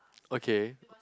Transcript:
okay